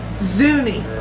Zuni